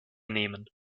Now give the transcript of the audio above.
nehmen